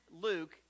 Luke